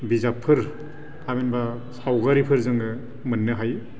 बिजाबफोर थामहिनबा सावगारिफोर जोङो मोननो हायो